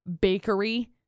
bakery